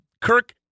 Kirk